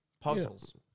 puzzles